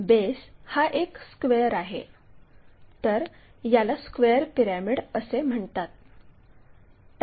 म्हणून याला square pyramid असे म्हणतात